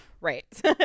Right